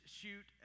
shoot